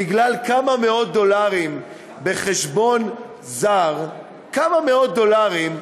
בגלל כמה מאות דולרים בחשבון זר, כמה מאות דולרים,